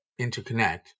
interconnect